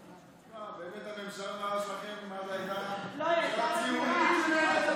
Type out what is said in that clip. באמת הממשלה שלכם הייתה, תגיד שנהנית.